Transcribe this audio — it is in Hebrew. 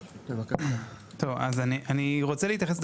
אני רוצה להתייחס.